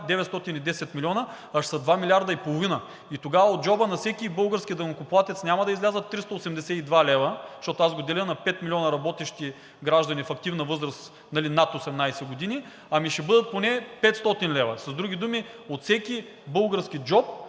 910 милиона, а ще са 2 милиарда и половина. И тогава от джоба на всеки български данъкоплатец няма да излязат 382 лв., защото аз го деля на 5 милиона работещи граждани в активна възраст над 18 години, ами ще бъдат поне 500 лв. С други думи, от всеки български джоб